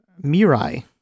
Mirai